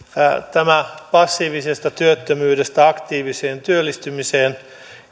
tämä passiivisesta työttömyydestä aktiiviseen työllistymiseen